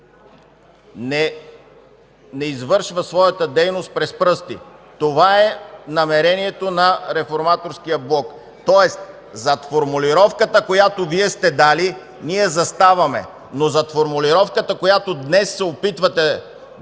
не извършва своята дейност през пръсти – това е намерението на Реформаторския блок, тоест зад формулировката, която Вие сте дали, ние заставаме, но зад формулировката, която днес се опитвате